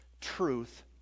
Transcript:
truth